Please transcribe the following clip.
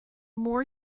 more